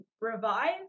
revive